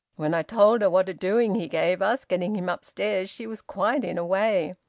when i told her what a doing he gave us, getting him upstairs, she was quite in a way,